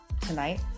tonight